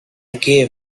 gave